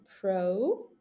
pro